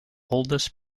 oldest